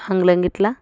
ఆంగ్లం ఇలా